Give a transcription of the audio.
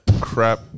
crap